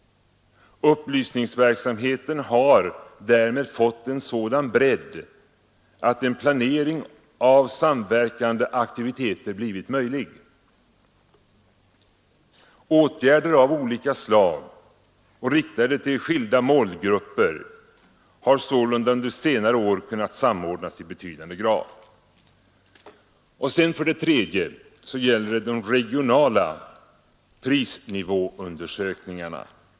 Upplysningsverksamheten har därmed fått en sådan bredd att en planering av samverkande aktiviteter blivit möjlig. Åtgärder av olika slag — och riktade till skilda målgrupper — har sålunda under senare år kunnat samordnas i betydande grad. För det tredje gäller det de regionala prisnivåundersökningarna.